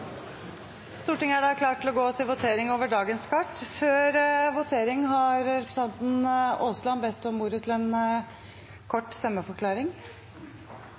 Stortinget klar til å gå til votering. Før votering har representanten Aasland bedt om ordet til en kort stemmeforklaring.